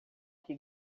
que